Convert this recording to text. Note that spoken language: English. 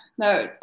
No